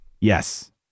Yes